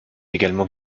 également